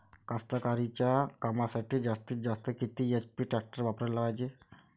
कास्तकारीच्या कामासाठी जास्तीत जास्त किती एच.पी टॅक्टर वापराले पायजे?